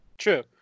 true